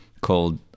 called